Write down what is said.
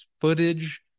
footage